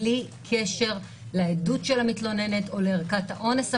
בלי קשר לעדות של המתלוננת או לערכת האונס המדוברת.